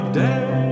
day